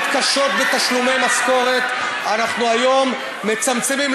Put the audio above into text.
קשות בתשלומי משכורת אנחנו היום מצמצמים,